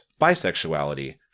bisexuality